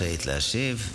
רשאית להשיב.